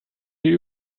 viel